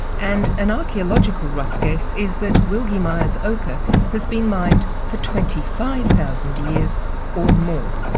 and an archaeological rough guess is that wilgie mia's ochre has been mined for twenty five thousand years or more.